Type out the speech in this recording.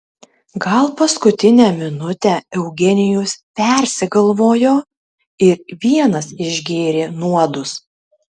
gal paskutinę minutę eugenijus persigalvojo ir vienas išgėrė nuodus